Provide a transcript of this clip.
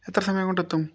എത്ര സമയം കൊണ്ടെത്തും